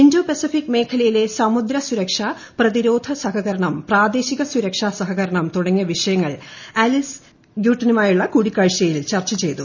Indo Pacific മേഖലയിലെ സമുദ്ര സൂരക്ഷ പ്രതിരോധ സഹകരണം പ്രാദേശിക സുരക്ഷാ സഹകരണം തുടങ്ങിയ വിഷയങ്ങൾ ആലീസ് ഗ്യൂട്ടനുമായുള്ള കൂടിക്കാഴ്ചയ്യിൽ ചർച്ച ചെയ്തു